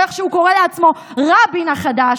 או איך שהוא קורא לעצמו "רבין החדש",